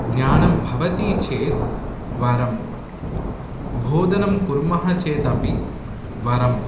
ज्ञानं भवति चेत् वरं बोधनं कुर्मः चेदपि वरम्